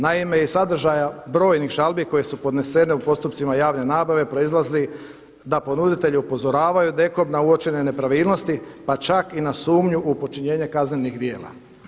Naime iz sadržaja brojnih žalbi koje su podnesene u postupcima javne nabave proizlazi da ponuditelji upozoravaju DKOM na uočene nepravilnosti, pa čak i na sumnju u počinjenje kaznenih djela.